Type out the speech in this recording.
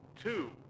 two